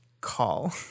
call